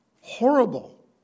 horrible